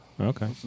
Okay